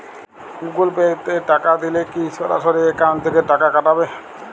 Google Pay তে টাকা দিলে কি সরাসরি অ্যাকাউন্ট থেকে টাকা কাটাবে?